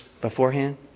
beforehand